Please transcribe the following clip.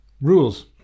Rules